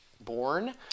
born